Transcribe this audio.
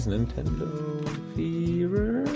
NintendoFever